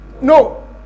No